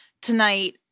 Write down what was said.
Tonight